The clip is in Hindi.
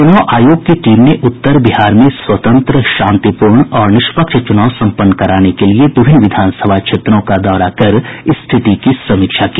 चुनाव आयोग की टीम ने उत्तर बिहार में स्वतंत्र शांतिपूर्ण और निष्पक्ष चुनाव सम्पन्न कराने के लिए विभिन्न विधानसभा क्षेत्रों का दौरा कर स्थिति की समीक्षा की